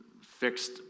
fixed